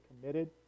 committed